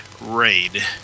Raid